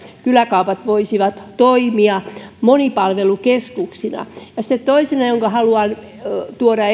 kyläkaupat voisivat toimia monipalvelukeskuksina sitten toisena tämä neljä h toiminta jonka haluan tuoda